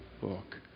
book